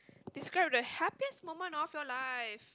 describe the happiest moment of your life